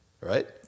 right